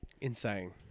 Insane